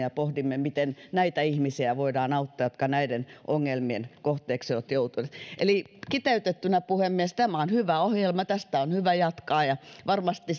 ja pohdimme miten voidaan auttaa näitä ihmisiä jotka näiden ongelmien kohteeksi ovat joutuneet eli kiteytettynä puhemies tämä on hyvä ohjelma ja tästä on hyvä jatkaa ja varmasti